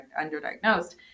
underdiagnosed